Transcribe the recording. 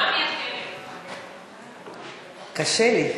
קשה לי.